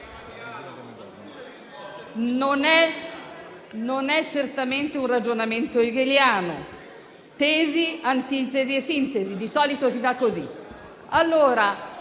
non è certamente un ragionamento hegeliano (tesi, antitesi e sintesi: di solito, si fa così).